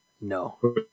No